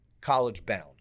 college-bound